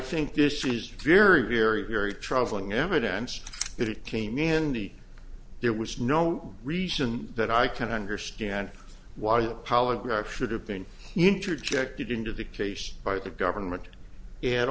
think this is very very very troubling evidence that it came in handy there was no reason that i can understand why a polygraph should have been interjected into the case by the government and